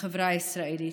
לחברה הישראלית.